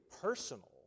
personal